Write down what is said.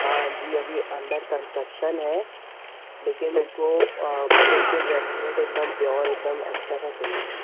हाँ जी अभी अंडर कंस्ट्रक्शन है लेकिन इसको बिलकुल रेनोवेटेड एक दम प्योर एक दम अच्छा सा चाहिए